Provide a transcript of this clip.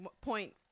point